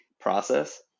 process